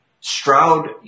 Stroud